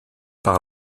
par